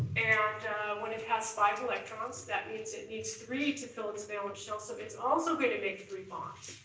and when it has five electrons that means it needs three to fill its valence shell so it's also gonna make three bonds.